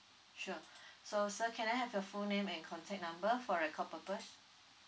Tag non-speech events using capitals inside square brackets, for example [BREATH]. sure [BREATH] so sir can I have your full name and contact number for record purpose